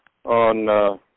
On